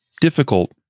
difficult